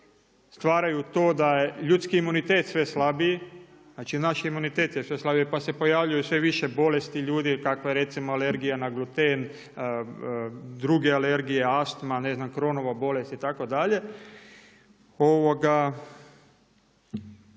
stvaraju to da je ljudski imunitet sve slabiji. Znači, znaš imunitet je sve slabiji, pa se pojavljuje sve više bolesti ljudi kakva je recimo alergija na gluten, druge alergije astma, ne znam Cronova bolest itd. Nije mi dakle